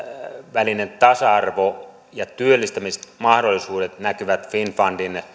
välinen tasa arvo ja työllistämismahdollisuudet näkyvät finnfundin